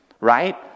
right